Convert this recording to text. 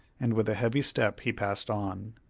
and with a heavy step he passed on.